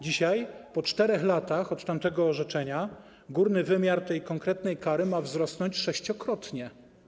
Dzisiaj, po 4 latach od wydania tamtego orzeczenia, górny wymiar tej konkretnej kary ma wzrosnąć sześciokrotnie.